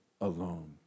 alone